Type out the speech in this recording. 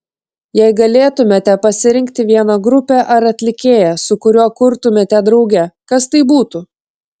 jei galėtumėte pasirinkti vieną grupę ar atlikėją su kuriuo kurtumėte drauge kas tai būtų